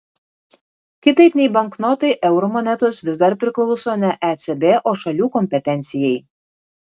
kitaip nei banknotai eurų monetos vis dar priklauso ne ecb o šalių kompetencijai